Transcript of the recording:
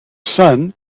son